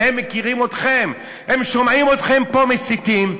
הם מכירים אתכם, הם שומעים אתכם פה מסיתים,